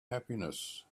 happiness